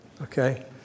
Okay